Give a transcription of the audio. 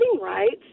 rights